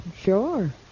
Sure